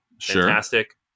Fantastic